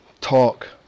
talk